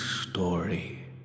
story